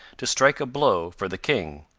to strike a blow for the king.